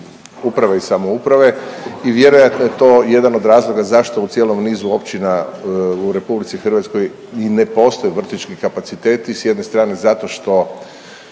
uprave i samouprave vjerojatno je to jedan od razloga zašto u cijelom nizu općina u RH i ne postoje vrtićki kapaciteti, s jedne strane zato što